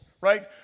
right